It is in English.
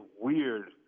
weird